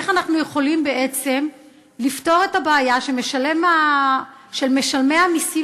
איך אנחנו יכולים בעצם לפתור את הבעיה שמשלמי המסים